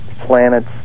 planets